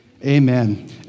Amen